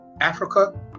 Africa